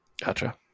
gotcha